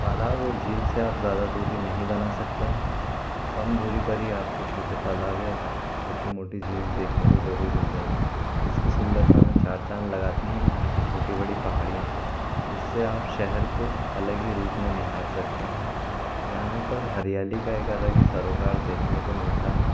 तालाब और झील से आप ज़्यादा दूरी नहीं बना सकते हैं कम दूरी पर ही आपको छोटे तालाब या छोटी मोटी झील देखने को जरूर मिल जाएगी इसकी सुंदरता में चार चाँद लगाती हैं यहाँ की छोटी बड़ी पहाड़ियाँ जिससे आप शहर को अलग ही रूप में निहार सकते हैं यहाँ पर हरियाली का एक अलग ही सरोकार देखने को मिलता है